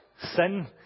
sin